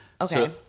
Okay